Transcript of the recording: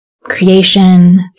creation